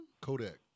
Kodak